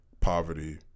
poverty